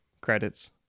Credits